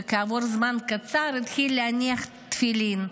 וכעבור זמן קצר התחיל להניח תפילין,